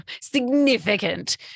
significant